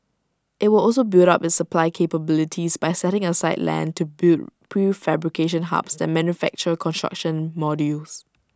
IT will also build up its supply capabilities by setting aside land to build prefabrication hubs that manufacture construction modules